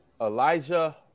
Elijah